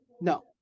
no